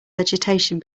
vegetation